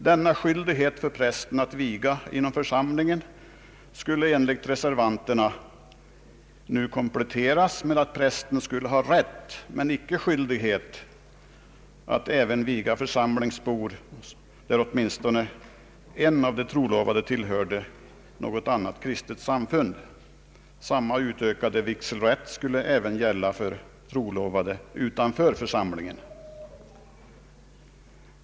Denna skyldighet för prästen att viga inom församlingen skulle enligt reservanterna nu kompletteras med att prästen skulle ha rätt men icke skyldighet att viga församlingsbor, när åtminstone en av de trolovade tillhör något kristet samfund. Samma utökade vigselrätt skulle även gälla för trolovade utanför församlingen.